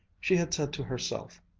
she had said to herself,